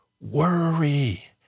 worry